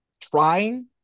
trying